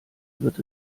wird